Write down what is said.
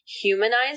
humanize